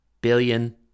billion